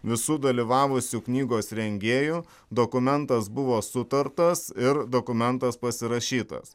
visų dalyvavusių knygos rengėjų dokumentas buvo sutartas ir dokumentas pasirašytas